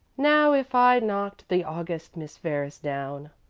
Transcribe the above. now if i'd knocked the august miss ferris down,